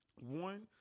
one